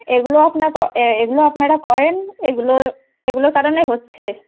এগুলো আপনা ক এগুলো আপনারা করেন এগুলো এগুলো কারণে হচ্ছে